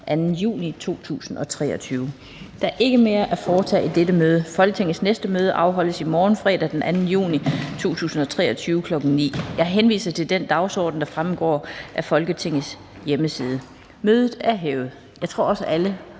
Lind): Der er ikke mere at foretage i dette møde. Folketingets næste møde afholdes i morgen, fredag den 2. juni 2023, kl. 9.00. Jeg henviser til den dagsorden, der fremgår af Folketingets hjemmeside. Jeg tror også, at